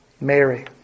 Mary